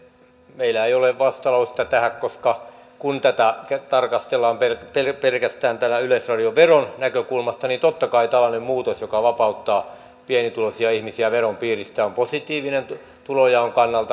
meillä ei ole vastalausetta tähän koska kun tätä tarkastellaan pelkästään tämän yleisradioveron näkökulmasta niin totta kai tällainen muutos joka vapauttaa pienituloisia ihmisiä veron piiristä on positiivinen tulonjaon kannalta